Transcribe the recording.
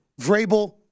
Vrabel